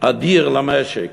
אדיר למשק